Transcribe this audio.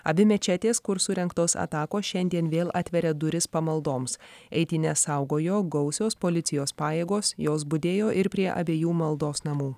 abi mečetės kur surengtos atakos šiandien vėl atveria duris pamaldoms eitynes saugojo gausios policijos pajėgos jos budėjo ir prie abiejų maldos namų